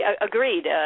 Agreed